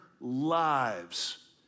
lives